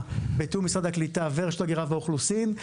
בתיאום עם משרד הקליטה ורשות ההגירה והאוכלוסין.